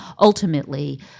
Ultimately